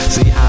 See